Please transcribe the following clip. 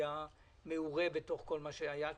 היה מעורה בתוך כל מה שהיה כאן,